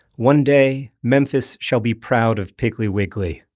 one day memphis shall be proud of piggly wiggly,